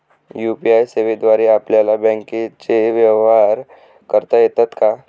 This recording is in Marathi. यू.पी.आय सेवेद्वारे आपल्याला बँकचे व्यवहार करता येतात का?